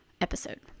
episode